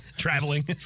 Traveling